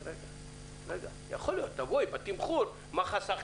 רגע, אז תציגי תמחור ותראי מה חסכת.